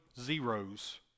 zeros